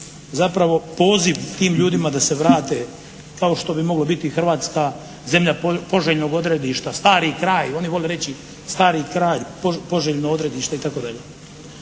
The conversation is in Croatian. zapravo poziv tim ljudima da se vrate kao što bi moglo biti Hrvatska zemlja poželjnog odredišta, …/Govornik se ne razumije./…, oni volje reći stari kraj, poželjno odredište itd.